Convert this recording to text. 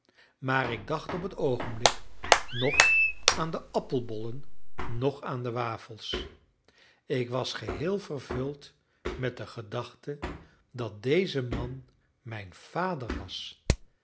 maar ik dacht op het oogenblik noch aan de appelbollen noch aan de wafels ik was geheel vervuld met de gedachte dat deze man mijn vader was